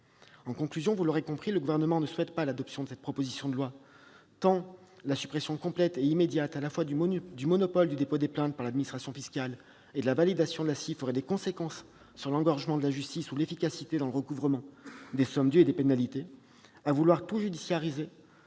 En conclusion, vous l'aurez compris, le Gouvernement ne souhaite pas l'adoption de cette proposition de loi, tant la suppression complète et immédiate à la fois du monopole du dépôt des plaintes par l'administration fiscale et de la validation de la CIF aurait des conséquences sur l'engorgement de la justice ou l'efficacité dans le recouvrement des sommes dues et des pénalités. À vouloir tout judiciariser,